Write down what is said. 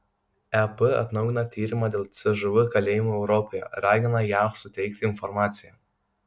ep atnaujina tyrimą dėl cžv kalėjimų europoje ragina jav suteikti informaciją